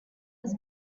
his